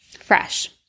fresh